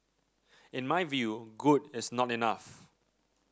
in my view good is not enough